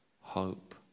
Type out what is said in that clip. hope